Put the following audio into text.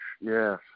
Yes